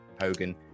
Hogan